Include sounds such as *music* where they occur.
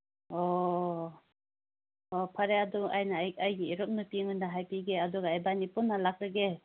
ꯑꯣ ꯑꯣ ꯑꯣ ꯐꯔꯦ ꯑꯗꯨ ꯑꯩꯅ ꯑꯩꯒꯤ ꯏꯔꯨꯞꯅ *unintelligible* ꯃꯉꯣꯟꯗ ꯍꯥꯏꯕꯤꯒꯦ ꯑꯗꯨꯒ ꯏꯕꯥꯟꯅꯤ ꯄꯨꯟꯅ ꯂꯥꯛꯂꯒꯦ